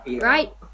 Right